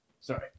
Sorry